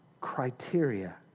criteria